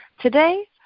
Today